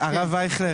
הרב אייכלר,